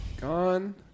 Gone